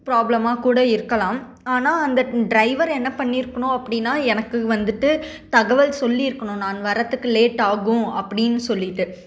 ப்ராப்ளமாக கூட இருக்கலாம் ஆனால் அந்த டிரைவர் என்ன பண்ணி இருக்கணும் அப்படினா எனக்கு வந்துவிட்டு தகவல் சொல்லி இருக்கணும் நான் வரத்துக்கு லேட் ஆகும் அப்படின்னு சொல்லிவிட்டு